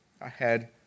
ahead